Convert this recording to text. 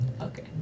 Okay